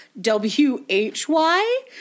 W-H-Y